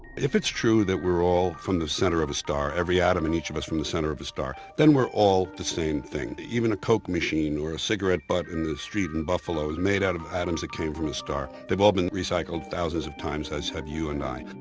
if it's true that we're all from the center of a star, every atom on each of us from the center of a star, then we're all the same thing. even a coke machine or a cigarette butt in the street in buffalo is made out of atoms that came from a star. they've all been recycled thousands of times, as have you and i.